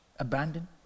abandoned